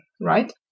right